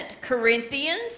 Corinthians